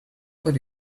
would